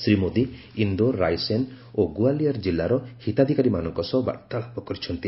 ଶ୍ରୀ ମୋଦୀ ଇନ୍ଦୋର ରାଇସେନ ଓ ଗୁଆଲିଅର ଜିଲ୍ଲାର ହିତାଧିକାରୀମାନଙ୍କ ସହ ବାର୍ତ୍ତାଳାପ କରିଛନ୍ତି